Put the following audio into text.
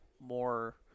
more